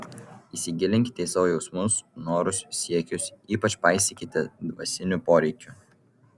įsigilinkite į savo jausmus norus siekius ypač paisykite dvasinių poreikių